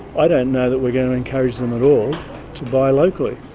i don't know that we're going encourage them at all to buy locally.